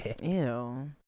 Ew